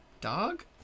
dog